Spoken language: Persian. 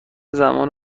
زمان